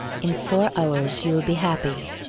in four hours you will be happy.